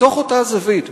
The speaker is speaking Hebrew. מתוך אותה זווית,